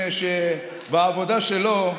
בעבודה שלו,